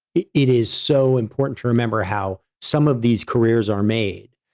it it is so important to remember how some of these careers are made.